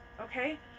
Okay